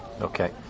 Okay